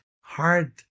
Hard